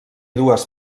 dues